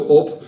op